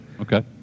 Okay